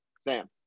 Sam